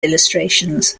illustrations